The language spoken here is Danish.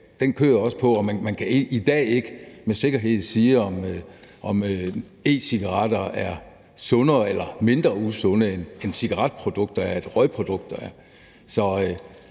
også på, at man i dag ikke med sikkerhed kan sige, om e-cigaretter er sundere eller mindre usunde, end cigaretprodukter er, end røgprodukter er.